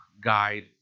guide